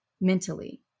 mentally